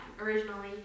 originally